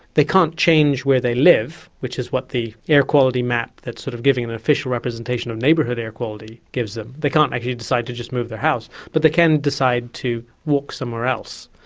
they can't change where they live, which is what the air quality map that's sort of giving an official representation of neighbourhood air quality gives them, they can't actually decide to just move their house, but they can decide to walk somewhere else.